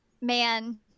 Man